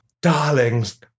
Darlings